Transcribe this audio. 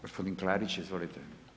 Gospodin Klarić, izvolite.